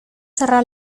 cerrar